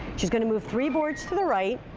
she's going to move three boards to the right,